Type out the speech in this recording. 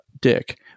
dick